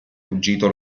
fuggito